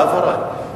להבהרה.